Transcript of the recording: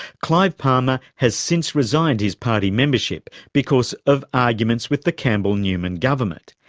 clive palmer has since resigned his party membership because of arguments with the campbell newman government,